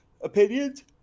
opinions